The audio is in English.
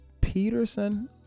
Peterson